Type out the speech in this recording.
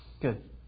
Good